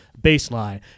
baseline